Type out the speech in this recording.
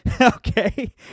Okay